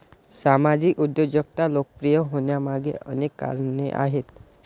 सामाजिक उद्योजकता लोकप्रिय होण्यामागे अनेक कारणे आहेत